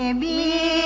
ah be